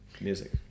music